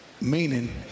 meaning